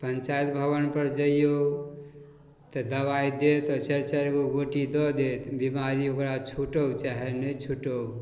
पञ्चाइत भवनपर जइऔ तऽ दवाइ देत चारि चारिगो गोटी दऽ देत बेमारी ओकरा छुटौ चाहे नहि छुटौ